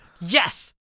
yes